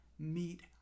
meet